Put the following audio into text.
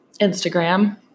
Instagram